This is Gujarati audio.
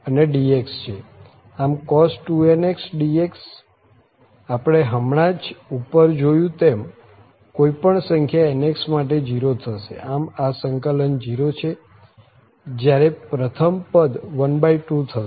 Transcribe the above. આમ આ cos 2nx dx આપણે હમણાં જ ઉપર જોયું તેમ કોઈ પણ સંખ્યા nx માટે 0 થશે આમ આ સંકલન 0 છે જયારે પ્રથમ પદ 12 થશે અને આ 2π છે